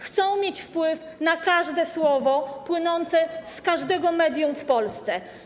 Chcą mieć wpływ na każde słowo płynące z każdego medium w Polsce.